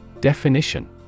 Definition